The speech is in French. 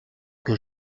que